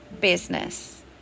business